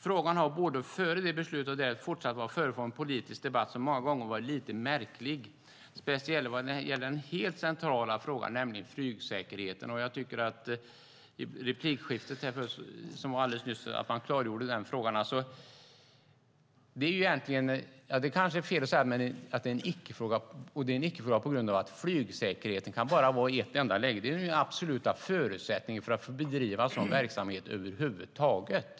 Frågan har både före det beslutet och därefter fortsatt att vara föremål för en politisk debatt som många gånger varit lite märklig, speciellt vad gäller den helt centrala frågan om flygsäkerheten. I replikskiftet nyss klargjordes frågan. Det är kanske fel att säga att flygsäkerheten är en icke-fråga, men det är en icke-fråga därför att flygsäkerheten kan bara finnas i ett enda läge. Flygsäkerheten är den absoluta förutsättningen för att bedriva en sådan verksamhet över huvud taget.